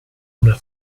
una